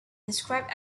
described